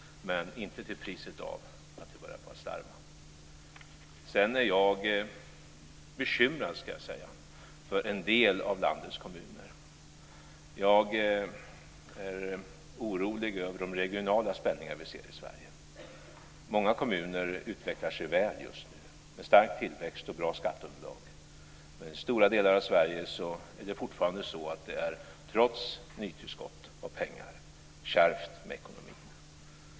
Men inte till priset av att vi börjar att slarva. Jag är bekymrad för en del av landets kommuner. Jag är orolig över de regionala spänningar vi ser i Sverige. Många kommuner utvecklar sig väl just nu med stark tillväxt och bra skatteunderlag. Men i stora delar av Sverige är det trots nytillskott av pengar fortfarande kärvt med ekonomin.